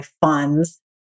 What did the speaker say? funds